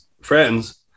friends